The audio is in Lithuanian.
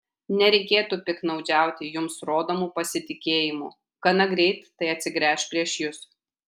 nereikėtų piktnaudžiauti jums rodomu pasitikėjimu gana greit tai atsigręš prieš jus